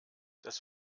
das